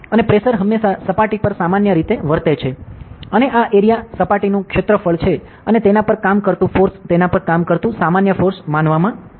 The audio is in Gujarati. અને પ્રેશર હંમેશાં સપાટી પર સામાન્ય રીતે વર્તે છે અને આ એરીયા સપાટીનું એરીયાફળ છે અને તેના પર કામ કરતું ફોર્સ તેના પર કામ કરતું સામાન્ય ફોર્સ માનવામાં આવે છે